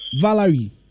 Valerie